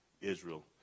Israel